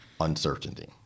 uncertainty